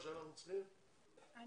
אני